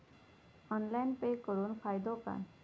Online pay करुन फायदो काय?